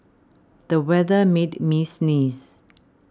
the weather made me sneeze